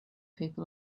people